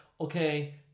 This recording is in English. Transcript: okay